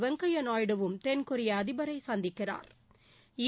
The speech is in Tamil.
வெங்கய்யா நாயுடுவும் தென்கொரிய அதிபரை சந்திக்கிறா்